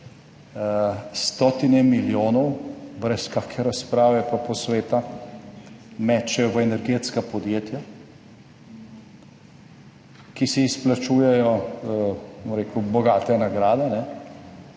stotine milijonov brez kakšne razprave pa posveta, mečejo v energetska podjetja, ki si izplačujejo, bom rekel, bogate nagrade,